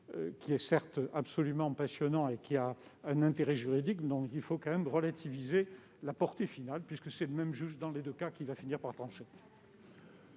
sujet est, certes, absolument passionnant et a un intérêt juridique, mais il faut en relativiser la portée finale, puisque c'est le même juge qui, dans les deux cas, finira par trancher.